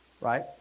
right